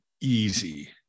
easy